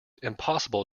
impossible